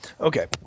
Okay